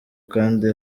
kandi